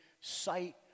sight